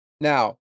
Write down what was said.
Now